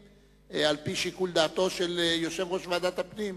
על-פי שיקול דעתו של יושב-ראש ועדת הפנים,